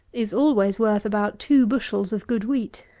is always worth about two bushels of good wheat.